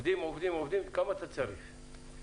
כמה עובדים אתה צריך?